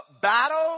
battle